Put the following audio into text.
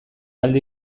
aldi